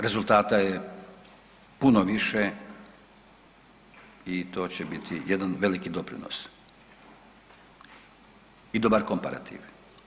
Rezultata je puno više i to će biti jedan veliki doprinos i dobar komparativ.